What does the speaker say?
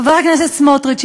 חבר הכנסת סמוטריץ,